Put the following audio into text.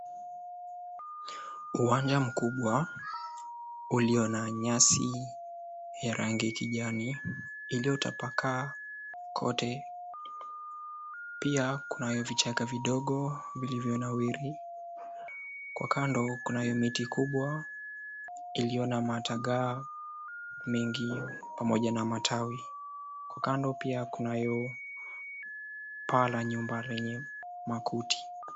Uwanja mkubwa ulio na nyasi ya rangi kijani iliyotapakaa kote. Pia kunayo vichaka vidogo vilivyonawiri. Kwa kando kunayo miti kubwa iliyo na matagaa mengi pamoja na matawi. Kwa kando pia kunayo paa la nyumba lenye makuti.